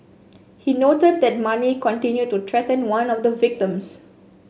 he noted that Mani continued to threaten one of the victims